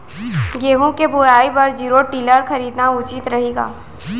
गेहूँ के बुवाई बर जीरो टिलर खरीदना उचित रही का?